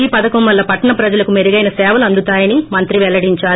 ఈ పధకం వల్ల పట్టణ ప్రజలకు మెరుగైన సేవలందుతాయని మంత్రి పెల్లడించారు